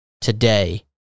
today